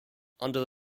under